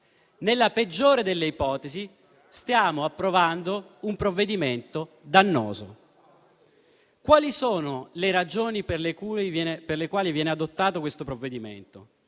nella peggiore delle ipotesi, invece, stiamo approvando un provvedimento dannoso. Quali sono le ragioni per le quali viene adottato questo provvedimento?